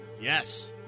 Yes